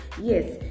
yes